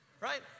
right